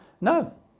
No